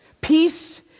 Peace